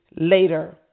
later